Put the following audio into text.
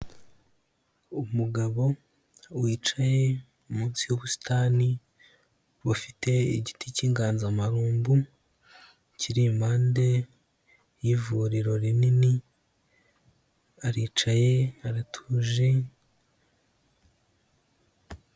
Umugabo wicaye munsi y'ubusitani bufite igiti cy'inganzamarumbu, kiri impande y'ivuriro rinini, aricaye aratuje.